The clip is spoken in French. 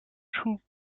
shu